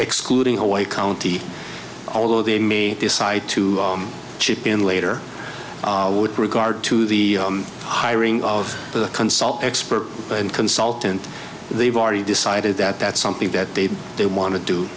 excluding hawaii county although they may decide to chip in later with regard to the hiring of the consult expert and consultant they've already decided that that's something that they they want to do